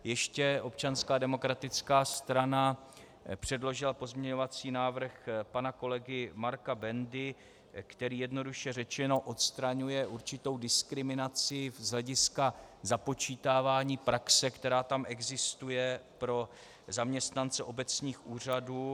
Ještě Občanská demokratická strana předložila pozměňovací návrh pana kolegy Marka Bendy, který, jednoduše řečeno, odstraňuje určitou diskriminaci z hlediska započítávání praxe, která tam existuje, pro zaměstnance obecních úřadů.